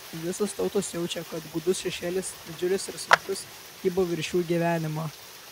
visos tautos jaučia kad gūdus šešėlis didžiulis ir sunkus kybo virš jų gyvenimo